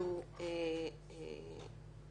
שהוא כבד.